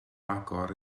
agor